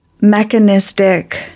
mechanistic